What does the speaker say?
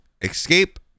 escape